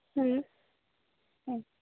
ᱦᱩᱸ ᱦᱮᱸ